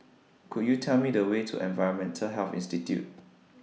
Could YOU Tell Me The Way to Environmental Health Institute